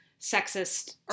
sexist